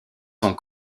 sont